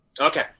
Okay